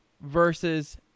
versus